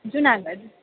Junagadh